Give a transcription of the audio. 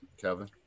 Kevin